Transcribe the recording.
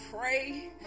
pray